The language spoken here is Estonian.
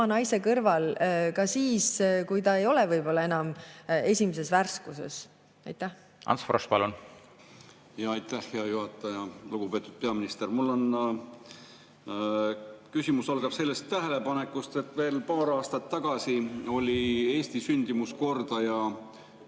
oma naise kõrval ka siis, kui ta ei ole võib-olla enam esimeses värskuses. Ants Frosch, palun! Ants Frosch, palun! Aitäh, hea juhataja! Lugupeetud peaminister! Mu küsimus algab sellest tähelepanekust, et veel paar aastat tagasi oli Eesti sündimuskordaja